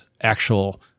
actual